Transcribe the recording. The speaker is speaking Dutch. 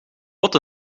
wat